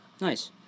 Nice